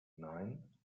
nein